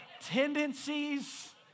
Tendencies